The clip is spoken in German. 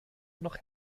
noch